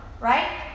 right